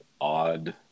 odd